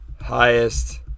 Highest